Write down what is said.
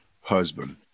husband